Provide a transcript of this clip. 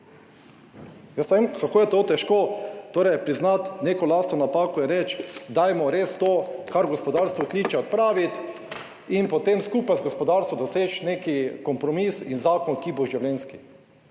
Jaz ne vem kako, je težko priznati neko lastno napako in reči, dajmo res to kar v gospodarstvo kliče odpraviti in potem skupaj z gospodarstvom doseči nek kompromis in zakon, ki bo življenjski